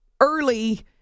early